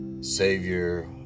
Savior